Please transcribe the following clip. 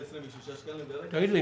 תגיד לי,